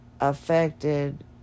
affected